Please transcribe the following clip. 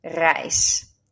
reis